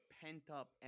pent-up